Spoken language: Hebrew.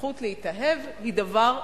הזכות להתאהב היא דבר נפרד,